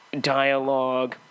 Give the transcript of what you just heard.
dialogue